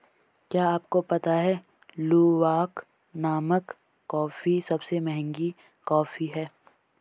क्या आपको पता है लूवाक नामक कॉफ़ी सबसे महंगी कॉफ़ी है?